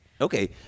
Okay